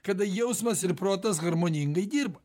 kada jausmas ir protas harmoningai dirba